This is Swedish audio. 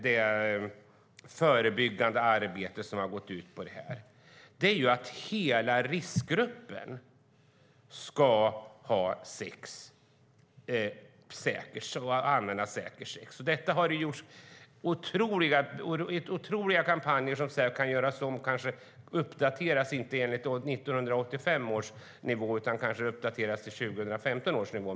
Det förebyggande arbetet har gått ut på att hela riskgruppen ska ha säkert sex. Det har gjorts otroliga kampanjer som kanske kan göras om och uppdateras, inte till 1985 års nivå utan möjligen till 2015 års nivå.